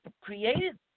created